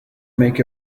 make